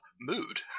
mood